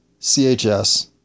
CHS